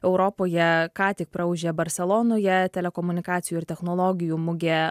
europoje ką tik praūžė barselonoje telekomunikacijų ir technologijų mugė